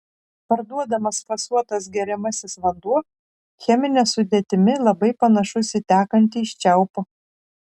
parduodamas fasuotas geriamasis vanduo chemine sudėtimi labai panašus į tekantį iš čiaupo